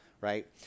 right